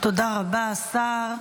תודה רבה, השר.